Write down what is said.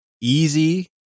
easy